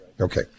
Okay